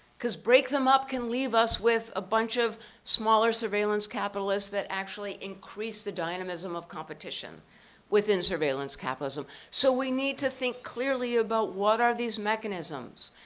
cause break them up can leave us with a bunch of smaller surveillance capitalists that actually increase the dynamism of competition within surveillance capitalism. so we need to think clearly about what are these mechanisms.